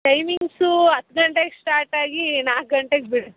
ಟೈಮಿಂಗ್ಸೂ ಹತ್ತು ಗಂಟೆಗೆ ಸ್ಟಾರ್ಟಾಗಿ ನಾಲ್ಕು ಗಂಟೆಗೆ ಬಿಡು